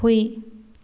ꯍꯨꯏ